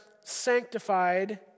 sanctified